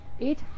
Eight